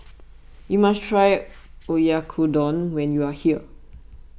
you must try Oyakodon when you are here